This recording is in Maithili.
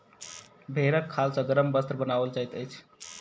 भेंड़क खाल सॅ गरम वस्त्र बनाओल जाइत अछि